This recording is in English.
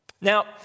Now